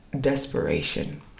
desperation